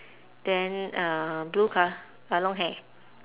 then uh blue colour uh long hair